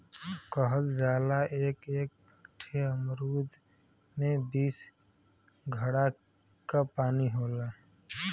कहल जाला एक एक ठे अमरूद में बीस घड़ा क पानी होला